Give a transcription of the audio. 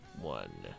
One